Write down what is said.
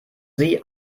sie